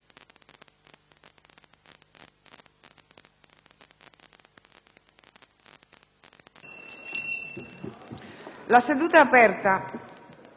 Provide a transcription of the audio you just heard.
La seduta è aperta